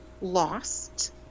lost